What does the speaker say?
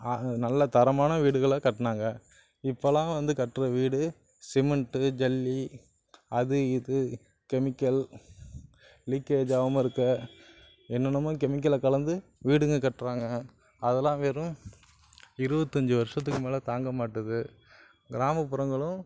நல்ல தரமான வீடுகளை கட்டுனாங்க இப்பெல்லாம் வந்து கட்டுற வீடு சிமெண்ட் ஜல்லி அது இது கெமிக்கல் லீக்கேஜாவாமல் இருக்க என்னென்னமோ கெமிக்கலை கலந்து வீடுங்க கட்டுறாங்க அதெலாம் வெறும் இருபத்தஞ்சி வருஷத்துக்கு மேலே தாங்க மாட்டுது கிராமப்புறங்களும்